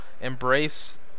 embrace